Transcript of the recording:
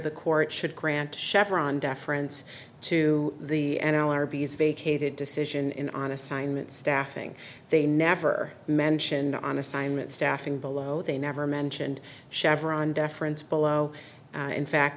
the court should grant chevron deference to the n l r b is vacated decision in on assignment staffing they never mention on assignment staffing below they never mentioned chevron deference below in fact